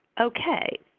Okay